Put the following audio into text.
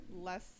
less